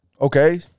Okay